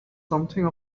something